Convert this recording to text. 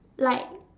like